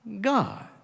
God